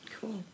Cool